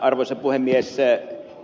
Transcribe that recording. arvoisa puhemies